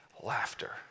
laughter